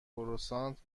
کروسانت